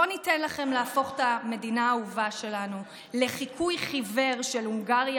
לא ניתן לכם להפוך את המדינה האהובה שלנו לחיקוי חיוור של הונגריה,